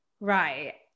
Right